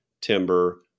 timber